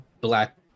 black